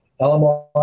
LMR